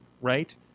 right